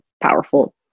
powerful